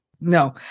No